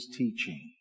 teaching